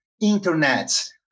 internet